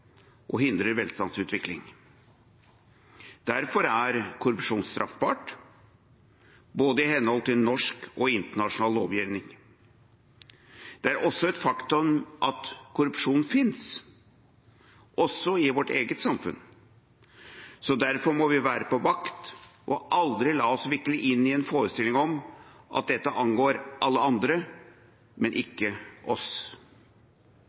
og hindrer velstandsutvikling. Derfor er korrupsjon straffbart i henhold til både norsk og internasjonal lovgivning. Det er et faktum at korrupsjon finnes, også i vårt eget samfunn, så derfor må vi være på vakt og aldri la oss vikle inn i en forestilling om at dette angår alle andre, men ikke oss.